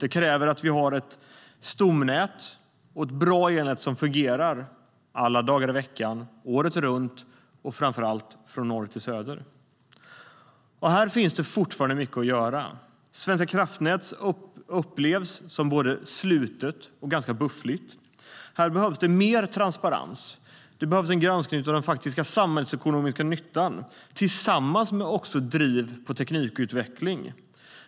Det kräver att vi har ett stomnät och ett bra elnät som fungerar alla dagar i veckan, året runt och, framför allt, från norr till söder. Här finns det fortfarande mycket att göra. Svenska kraftnät upplevs som både slutet och ganska buffligt. Här behövs det mer transparens. Det behövs en granskning av den faktiska samhällsekonomiska nyttan tillsammans med driv på teknikutveckling.